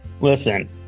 Listen